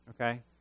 okay